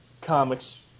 comics